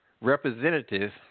representatives